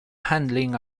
handling